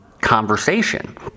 conversation